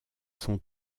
son